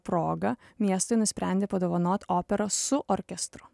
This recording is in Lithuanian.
proga miestui nusprendė padovanot operą su orkestru